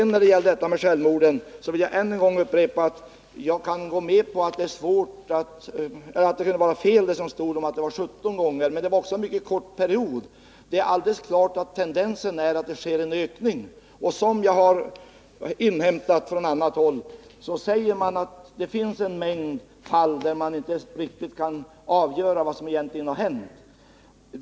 När det gäller detta med självmorden vill jag än en gång framhålla att jag kan gå med på att det kan vara något fel när det står att frekvensen är 17 gånger större. Men det var också en mycket kort period. Det är alldeles klart att tendensen är att det sker en ökning, och enligt vad jag har inhämtat finns det en mängd fall där man inte riktigt kan avgöra vad som har hänt.